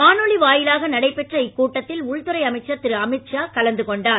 காணொளி வாயிலாக நடைபெற்ற இக்கூட்டத்தில் உள்துறை அமைச்சர் திரு அமித்ஷா கலந்துகொண்டார்